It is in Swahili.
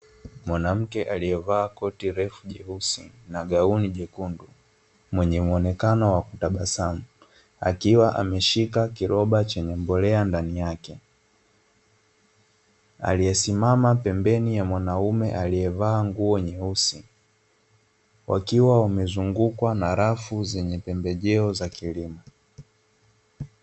Mwanamke aliyevaa koti refu jeusi na gauni jekundu, mwenye muonekano wa kutabasamu, akiwa ameshika kiroba chenye mbolea ndani yake, aliyesimama pembeni ya mwanaume aliyevaa nguo nyeusi, wakiwa wamezungukwa na rafu zenye pembejeo za kilimo.